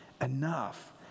Enough